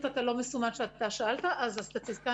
הטענה